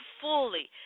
fully